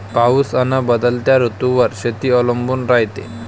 पाऊस अन बदलत्या ऋतूवर शेती अवलंबून रायते